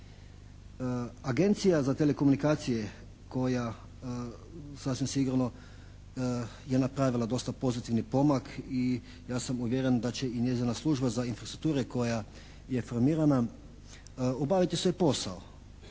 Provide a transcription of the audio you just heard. Agencija za telekomunikacije koja sasvim sigurno je napravila dosta pozitivni pomak i ja sam uvjeren da će i njezina služba za infrastrukture koja je formirana, obaviti svoj posao.